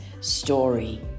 story